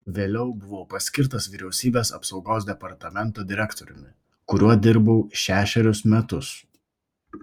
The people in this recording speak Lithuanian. vėliau buvau paskirtas vyriausybės apsaugos departamento direktoriumi kuriuo dirbau šešerius metus